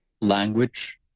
language